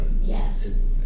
Yes